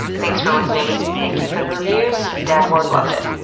thanks for listening. thank you for the reviews. dad ward loved it.